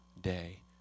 day